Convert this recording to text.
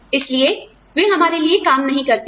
इसलिए वे हमारे लिए काम नहीं करते हैं